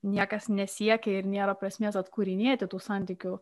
niekas nesiekia ir nėra prasmės atkūrinėti tų santykių